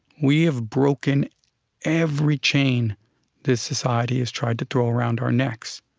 we have broken every chain this society has tried to throw around our necks.